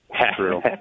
True